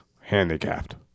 handicapped